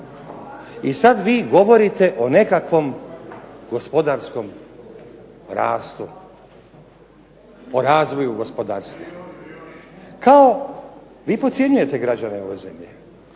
I sad vi govorite o nekakvom gospodarskom rastu, o razvoju gospodarstva. Kao, vi podcjenjujete građane ove zemlje.